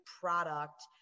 product